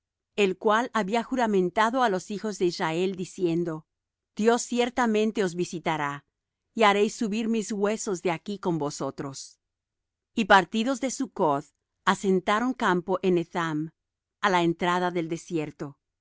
el cual había juramentado á los hijos de israel diciendo dios ciertamente os visitará y haréis subir mis huesos de aquí con vosotros y partidos de succoth asentaron campo en etham á la entrada del desierto